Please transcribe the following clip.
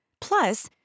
Plus